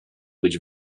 być